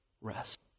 rest